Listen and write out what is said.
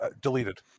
deleted